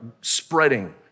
spreading